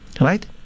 Right